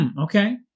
Okay